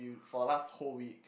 for the last whole week